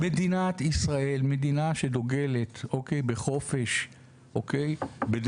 מדינת ישראל היא מדינה שדוגלת בחופש בדמוקרטיה,